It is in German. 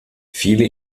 viele